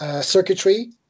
circuitry